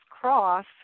cross